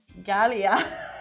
galia